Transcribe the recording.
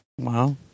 Wow